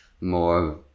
more